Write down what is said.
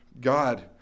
God